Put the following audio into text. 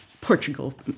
Portugal